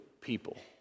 people